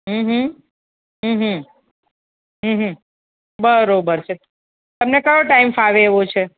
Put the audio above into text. હમ હમ હમ હમ હમ હમ બરાબર છે તમને કયો ટાઇમ ફાવે એવો છે